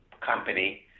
company